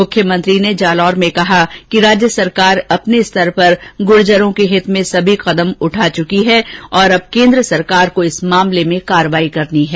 मुख्यमंत्री ने जालौर में कहा कि राज्य सरकार अपने स्तर पर गुर्जरों के हित में सभी कदम उठा चुकी है और अब केन्द्र सरकार को इस मामले में कार्यवाही करनी है